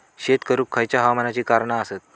शेत करुक खयच्या हवामानाची कारणा आसत?